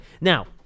Now